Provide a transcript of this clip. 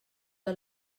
que